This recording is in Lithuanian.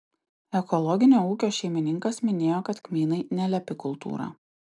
ekologinio ūkio šeimininkas minėjo kad kmynai nelepi kultūra